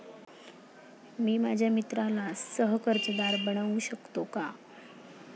मी माझ्या मित्राला सह कर्जदार बनवू शकतो का?